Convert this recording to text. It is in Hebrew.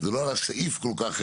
לא על הסעיף כל כך,